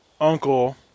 uncle